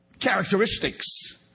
characteristics